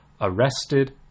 arrested